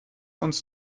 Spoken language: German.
uns